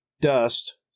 dust